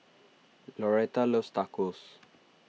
Lauretta loves Tacos